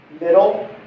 middle